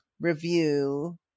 review